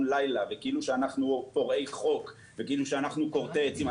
לילה וכאילו אנחנו פורעי חוק וכורתי עצים.